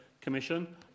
Commission